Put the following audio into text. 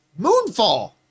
Moonfall